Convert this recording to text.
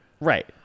Right